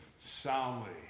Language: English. soundly